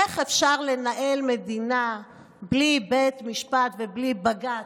איך אפשר לנהל מדינה בלי בית משפט ובלי בג"ץ?